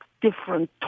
different